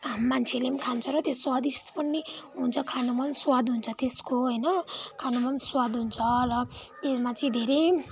मान्छेले पनि खान्छ र स्वादिष्ट पनि हुन्छ खानुमा पनि स्वाद हुन्छ त्यसको होइन खानुमा पनि स्वाद हुन्छ र त्यसमा चाहिँ धेरै